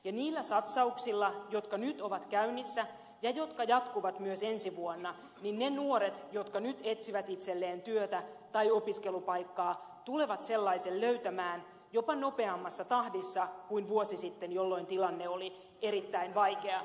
niillä satsauksilla jotka nyt ovat käynnissä ja jotka jatkuvat myös ensi vuonna ne nuoret jotka nyt etsivät itselleen työtä tai opiskelupaikkaa tulevat sellaisen löytämään jopa nopeammassa tahdissa kuin vuosi sitten jolloin tilanne oli erittäin vaikea